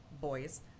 boys